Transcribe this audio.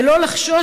ולא לחשוש,